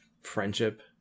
friendship